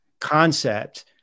concept